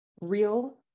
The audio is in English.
real